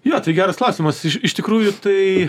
jo tai geras klausimas iš iš tikrųjų tai